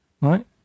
Right